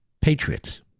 Patriots